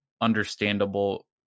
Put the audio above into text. understandable